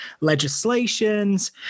legislations